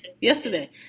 yesterday